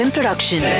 Production